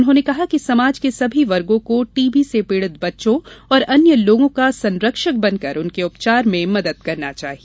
उन्होंने कहा कि समाज के सभी वर्गों को टीबी से पीड़ित बच्चों अन्य लोगों का संरक्षक बनकर उनके उपचार में मदद करना चाहिए